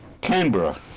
Canberra